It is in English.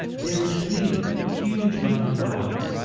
there is clearly huge money involved,